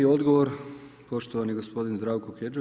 Odgovor poštovani gospodin Zdravko Kedžo.